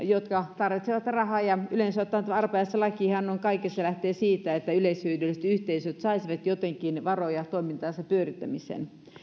jotka tarvitsevat rahaa ja yleensä ottaen tämä arpajaislakihan kaikessa lähtee siitä että yleishyödylliset yhteisöt saisivat jotenkin varoja toimintansa pyörittämiseen